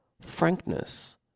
frankness